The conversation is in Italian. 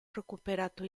recuperato